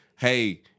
hey